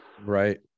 Right